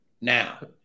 now